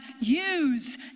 use